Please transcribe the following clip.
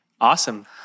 Awesome